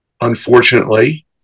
Unfortunately